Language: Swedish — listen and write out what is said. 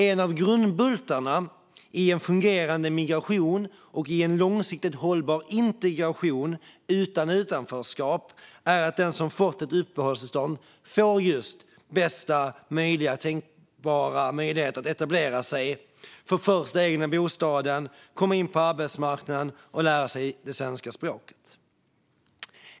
En av grundbultarna i en fungerande migration och en långsiktigt hållbar integration utan utanförskap är att den som fått uppehållstillstånd får just bästa tänkbara möjligheter att etablera sig, få den första egna bostaden, komma in på arbetsmarknaden och lära sig det svenska språket.